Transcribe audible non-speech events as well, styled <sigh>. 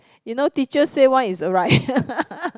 you know teachers say one is right <laughs>